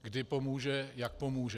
Kdy pomůže, jak pomůže.